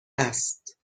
است